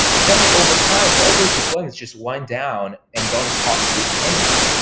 but then overtime all those deployments just wind down and don't cost you anything.